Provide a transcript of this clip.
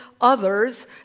others